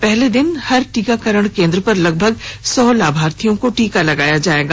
पहले दिन हर टीकाकरण केंद्र पर लगभग सौ लाभार्थियों को टीका लगाया जाएगा